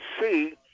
see